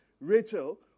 Rachel